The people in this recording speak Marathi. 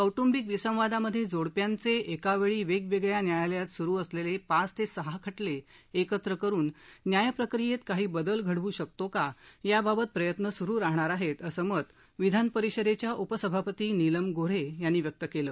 कौटुंबिक विसंवादामध्ये जोडप्यांचे एकावेळी वेगवेगळ्या न्यायालयात सुरू असलेले पाच ते सहा खटले एकत्र करून न्यायप्रक्रियेत काही बदल घडवू शकतो का याबाबत प्रयत्न सुरू राहणार आहेत असं मत विधानपरिषदेच्या उपसभापती निलम गोऱ्हे यांनी व्यक्त केलं